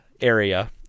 area